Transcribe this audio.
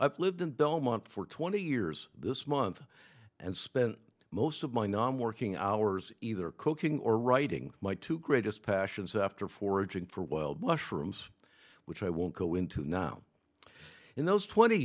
i've lived in belmont for twenty years this month and spent most of my non working hours either cooking or writing my two greatest passions after foraging for wild mushrooms which i won't go into now in those twenty